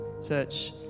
search